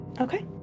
Okay